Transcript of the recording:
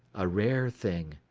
a rare thing.